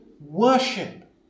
worship